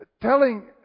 telling